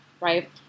right